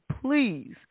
please